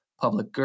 public